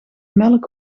melk